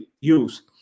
use